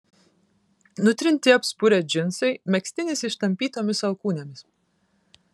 nutrinti apspurę džinsai megztinis ištampytomis alkūnėmis